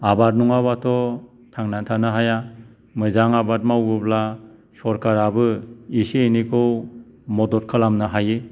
आबाद नङाबाथ' थांना थानो हाया मोजां आबाद मावोब्ला सरकाराबो एसे एनैखौ मदद खालामनो हायो